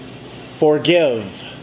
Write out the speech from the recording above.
Forgive